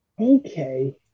Okay